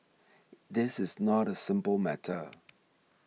this is not a simple matter